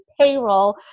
payroll